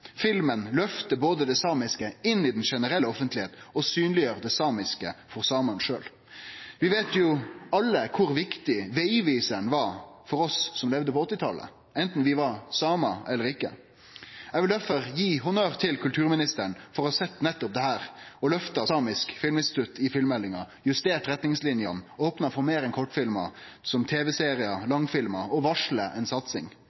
Filmen løftar både det samiske inn i den generelle offentlegheita og synleggjer det samiske for samane sjølve. Vi veit alle kor viktig «Veiviseren» var for oss som levde på 1980-talet, anten vi var samar eller ikkje. Eg vil difor gi honnør til kulturministeren for å ha sett nettopp dette, og for å ha løfta fram Internasjonalt Samisk Filminstitutt i filmmeldinga, justert retningslinjene og opna for meir enn kortfilmar – som